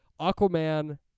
Aquaman